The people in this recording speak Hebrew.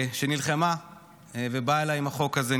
שנלחמה ובאה אליי עם החוק הזה.